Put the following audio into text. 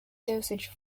dosage